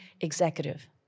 executive